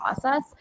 process